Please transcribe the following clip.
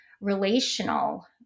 relational